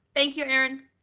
thank you, erin.